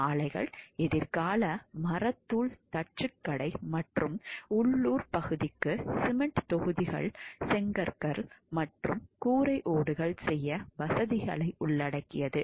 ஆலைகள் எதிர்கால மரத்தூள் தச்சு கடை மற்றும் உள்ளூர் பகுதிக்கு சிமெண்ட் தொகுதிகள் செங்கற்கள் மற்றும் கூரை ஓடுகள் செய்ய வசதிகளை உள்ளடக்கியது